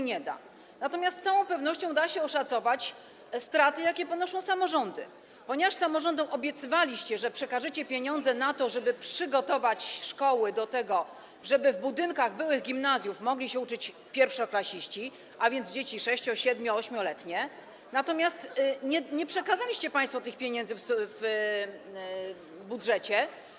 Natomiast z całą pewnością da się oszacować straty, jakie ponoszą samorządy, ponieważ samorządom obiecywaliście, że przekażecie pieniądze, żeby przygotować szkoły do tego, żeby w budynkach byłych gimnazjów mogli się uczyć pierwszoklasiści, a więc dzieci 6-, 7-, 8-letnie, natomiast nie przekazaliście państwo tych pieniędzy, nie ujęliście ich w budżecie.